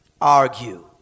Argue